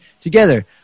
together